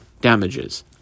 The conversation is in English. damages